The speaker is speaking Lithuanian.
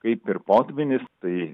kaip ir potvynis tai